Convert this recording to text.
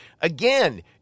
again